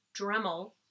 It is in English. Dremel